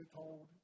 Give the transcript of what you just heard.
told